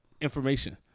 Information